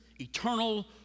eternal